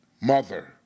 mother